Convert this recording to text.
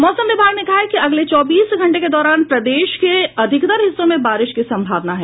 मौसम विभाग ने कहा है कि अगले चौबीस घंटे के दौरान प्रदेश के अधिकतर हिस्सों में बारिश की संभावना है